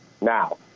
now